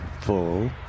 full